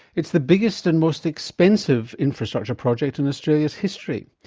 it's the biggest and most expensive infrastructure project in australia's history,